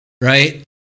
Right